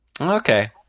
Okay